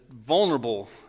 vulnerable